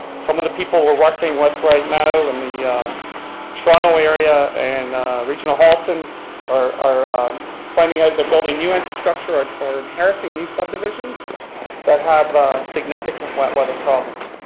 some of the people we're working with right now in the toronto area and region of halton are are finding out they're building new infrastructure ah or inheriting new subdivisions that have significant wet weather problems.